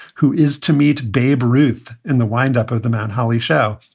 who is to meet babe ruth in the windup of the mount holly show.